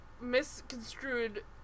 misconstrued